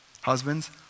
Husbands